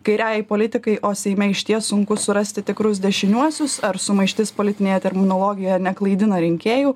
kairiajai politikai o seime išties sunku surasti tikrus dešiniuosius ar sumaištis politinėje terminologijoje neklaidina rinkėjų